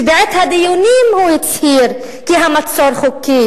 שבעת הדיונים הוא הצהיר כי המצור חוקי?